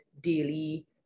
daily